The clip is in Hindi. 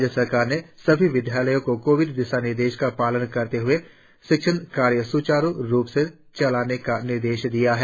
राज्य सरकार ने सभी विद्यालयों को कोविड दिशानिर्देशों का पालन करते हए शिक्षण कार्य स्चारु रुप से चलाने का निर्देश दिया है